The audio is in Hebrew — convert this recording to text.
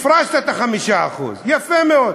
הפרשת את ה-5% יפה מאוד.